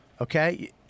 Okay